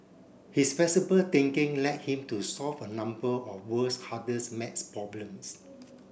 his flexible thinking led him to solve a number of world's hardest maths problems